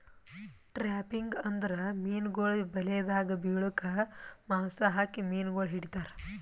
trapping ಅಂದುರ್ ಮೀನುಗೊಳ್ ಬಲೆದಾಗ್ ಬಿಳುಕ್ ಮಾಂಸ ಹಾಕಿ ಮೀನುಗೊಳ್ ಹಿಡಿತಾರ್